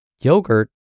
Yogurt